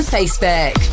Facebook